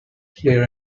flair